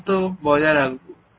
দূরত্ব বজায় রাখব